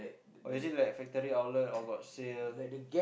or is it like factory outlet or got sale